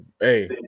Hey